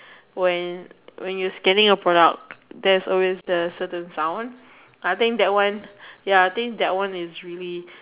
when when you scanning the products there is always the certain sounds I think that one ya I think that one is really